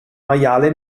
maiale